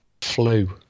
flu